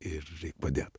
ir reik padėt